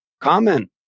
comment